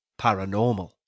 Paranormal